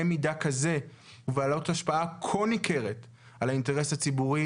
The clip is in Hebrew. מידה כזה ובעלות השפעה כה ניכרת על האינטרס הציבורי